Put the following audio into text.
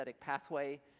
pathway